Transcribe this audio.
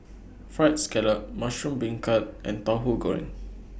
Fried Scallop Mushroom Beancurd and Tauhu Goreng